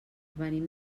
venim